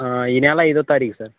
ఈ నెల ఐదో తారీఖు సార్